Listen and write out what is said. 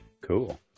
Cool